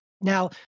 Now